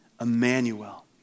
Emmanuel